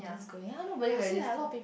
just going [huh] nobody register